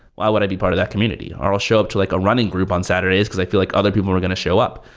why would i be part of that community? i'll show up to like a running group on saturdays because i feel like other people are going to show up.